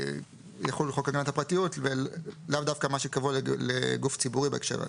יחול חוק הגנת הפרטיות ולאו דווקא מה שקבוע לגוף ציבורי בהקשר הזה.